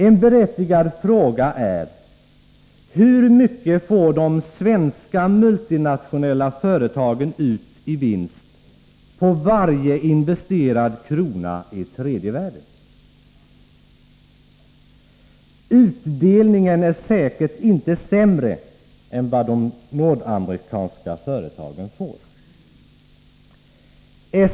En berättigad fråga är: Hur mycket får de svenska multinationella företagen ut i vinst på varje investerad krona i tredje världen? Utdelningen är säkert inte sämre än vad de nordamerikanska företagen får.